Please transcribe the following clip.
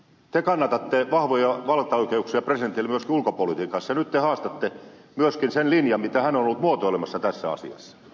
te kannatatte vahvoja valtaoikeuksia presidentille myös ulkopolitiikassa ja nyt te haastatte myöskin sen linjan mitä hän on ollut muotoilemassa tässä asiassa